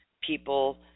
people